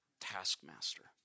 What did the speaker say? taskmaster